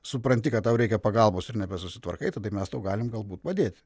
supranti kad tau reikia pagalbos ir nebesusitvarkai tada mes galime galbūt padėt